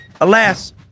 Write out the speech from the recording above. alas